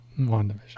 wandavision